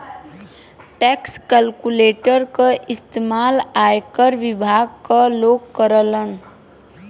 tax calculator क इस्तेमाल आयकर विभाग क लोग करलन